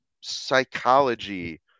psychology